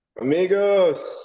amigos